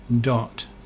dot